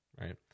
right